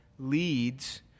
Leads